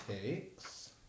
takes